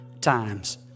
times